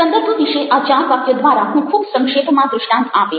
સંદર્ભ વિશે આ ચાર વાક્યો દ્વારા હું ખૂબ સંક્ષેપમાં દ્રષ્ટાન્ત આપીશ